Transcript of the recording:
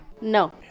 No